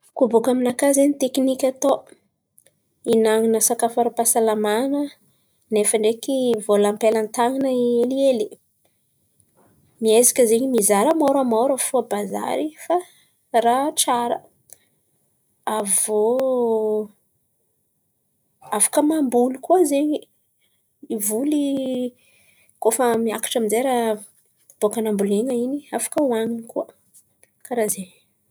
Kôa bôkà aminakà zen̈y teknika atao ihinan̈ana sakafo ara-pahasalaman̈a nefa ndraiky vôla am-pelàtan̈ana eliely? Miezaka zen̈y mizaha raha môramôra fo a bazary fa raha tsara, avô afaka mamboly kôa zen̈y. I voly, kôa fa miakatra amin'jay raha bôkà nambolena in̈y afaka hohan̈in̈y kôa, karà zen̈y.